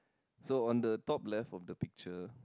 so on the top left of the picture